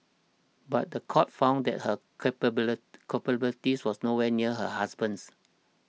but the court found that her culpability was nowhere near her husband's